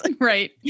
Right